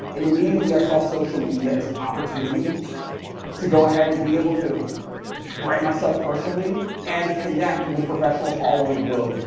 and immediately i saw social media as an opportunity to go ahead and be able to brand myself personally and connect with professionals all over the globe,